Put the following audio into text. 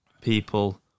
people